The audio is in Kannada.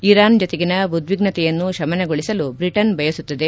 ಇರಾನ್ ಜತೆಗಿನ ಉದ್ವಿಗ್ಡತೆಯನ್ನು ಶಮನಗೊಳಿಸಲು ಬ್ರಿಟನ್ ಬಯಸುತ್ತದೆ